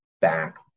back